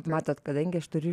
matot kadangi aš turiu